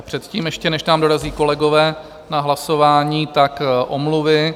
Předtím, ještě než k nám dorazí kolegové na hlasování, tak omluvy.